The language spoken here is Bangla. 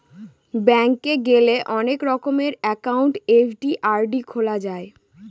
ব্যাঙ্ক গেলে অনেক রকমের একাউন্ট এফ.ডি, আর.ডি খোলা যায়